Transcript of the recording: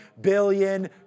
billion